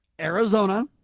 Arizona